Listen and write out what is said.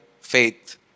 faith